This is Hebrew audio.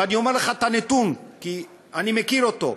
ואני אומר לך את הנתון כי אני מכיר אותו: